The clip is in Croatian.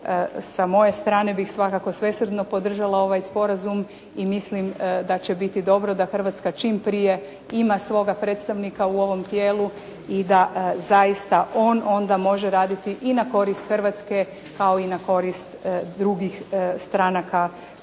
sa moje strane bih svakako svesrdno podržala ovaj sporazum i mislim da će biti dobro da Hrvatska čim prije ima svoga predstavnika u ovom tijelu i da zaista on onda može raditi i na korist Hrvatske kao i na korist drugih stranaka koje